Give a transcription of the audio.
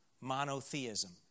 monotheism